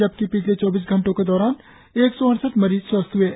जबकि पिछले चौबीस घंटो के दौरान एक सौ अड़सठ मरीज स्वस्थ ह्ए है